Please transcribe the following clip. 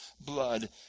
blood